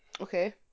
okay